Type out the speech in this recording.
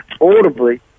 audibly